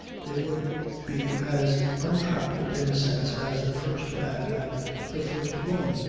they would be as untrammelled in a sense as the first man and the first woman.